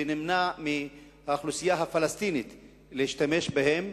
ונמנע מהאוכלוסייה הפלסטינית להשתמש בהם,